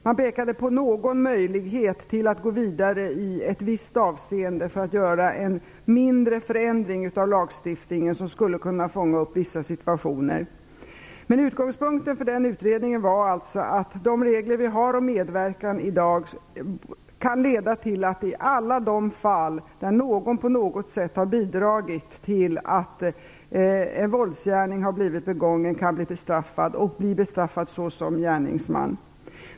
Man pekade på någon möjlighet att gå vidare i ett visst avseende för att göra en mindre förändring av lagstiftningen som skulle kunna fånga upp vissa situationer. Men utgångspunkten för den utredningen var alltså att de regler vi i dag har om medverkan kan leda till att den som på något sätt har bidragit till att en våldsgärning har blivit begången kan bli bestraffad och bli bestraffad såsom gärningsman.